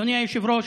אדוני היושב-ראש,